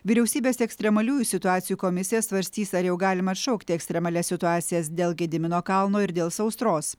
vyriausybės ekstremaliųjų situacijų komisija svarstys ar jau galima atšaukti ekstremalias situacijas dėl gedimino kalno ir dėl sausros